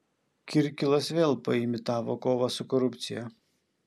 kirkilas vėl paimitavo kovą su korupcija